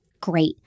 great